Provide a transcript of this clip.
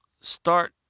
start